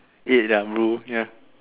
eh they're root ya